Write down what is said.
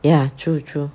ya true true